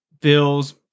Bills